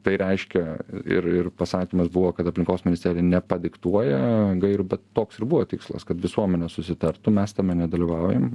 tai reiškia ir ir pasakymas buvo kad aplinkos ministerija nepadiktuoja ir bet toks ir buvo tikslas kad visuomenė susitartų mes tame nedalyvaujam